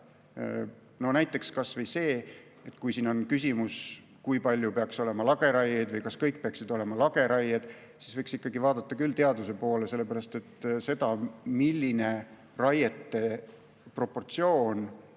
Näiteks kas või see, et kui on küsimus, kui palju peaks olema lageraieid või kas kõik peaksid olema lageraied, siis võiks ikkagi vaadata küll teaduse poole, sest sellega, milline kaitsealade ja raiete proportsioon